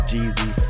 Jeezy